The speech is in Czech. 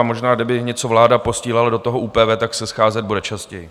Možná kdyby něco vláda posílala do toho ÚPV, tak se scházet bude častěji.